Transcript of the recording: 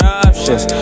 options